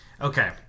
Okay